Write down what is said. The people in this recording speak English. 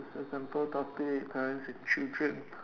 example topic the parents with children